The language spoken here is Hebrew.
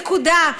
נקודה.